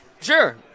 Sure